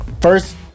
first